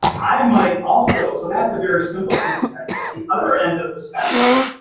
i might also. so that's a very simple phenotype. at the other end of the spectrum,